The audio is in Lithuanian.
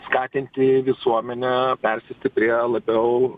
skatinti visuomenę persėsti prie labiau